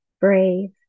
brave